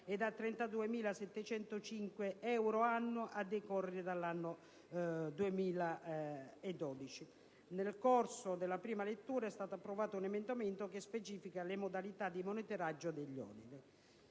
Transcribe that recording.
ed a 32.705 euro annui a decorrere dall'anno 2012. Nel corso della prima lettura è stato approvato un emendamento che specifica le modalità di monitoraggio degli oneri.